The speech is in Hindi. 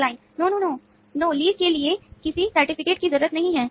क्लाइंट की जरूरत नहीं है